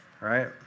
right